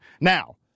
Now